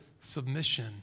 submission